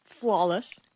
Flawless